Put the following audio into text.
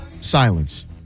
silence